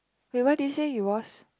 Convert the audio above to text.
wait what did you say it was